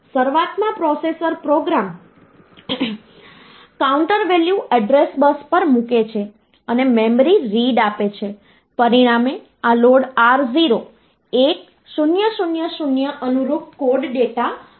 શરૂઆતમાં processor program counter value address bus પર મૂકે છે અને મેમરી રીડ આપે છે પરિણામે આ લોડ R0 1000 અનુરૂપ કોડ ડેટા બસ પર ઉપલબ્ધ થશે